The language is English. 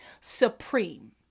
supreme